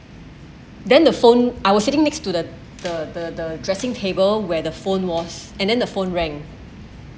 then the phone I was sitting next to the the the the dressing table where the phone was and then the phone rang